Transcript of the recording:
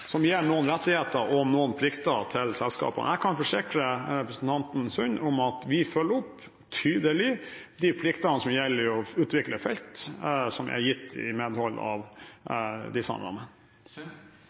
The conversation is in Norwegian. som gir noen rettigheter og plikter til selskapene. Jeg kan forsikre representanten Sund om at vi tydelig følger opp de pliktene som gjelder for å utvikle felt som er gitt i medhold av